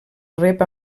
rep